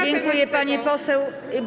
Dziękuję, pani poseł.